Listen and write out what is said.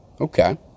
Okay